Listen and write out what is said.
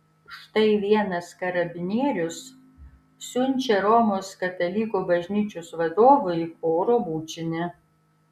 štai vienas karabinierius siunčia romos katalikų bažnyčios vadovui oro bučinį